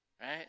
right